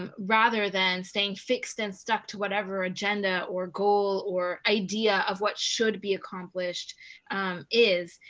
um rather than staying fixed and stuck to whatever agenda or goal or idea of what should be accomplished is?